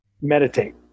meditate